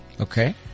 Okay